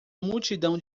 multidão